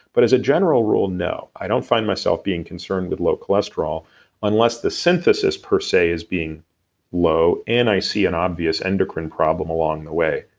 but as a general rule, rule, no. i don't find myself being concerned with low cholesterol unless the synthesis per se is being low and i see an obvious endocrine problem along the way.